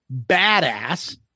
badass